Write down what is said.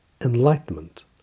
enlightenment